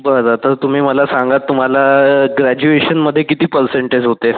बरं तर तुम्ही मला सांगा तुम्हाला ग्रेजुएशनमध्ये किती परसेंटेज होते